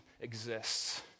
exists